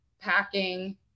packing